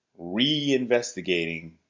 reinvestigating